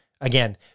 Again